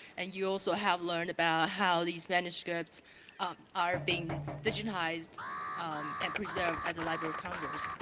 and you also have learned about how these manuscripts are being digitized um and preserved at the library of congress.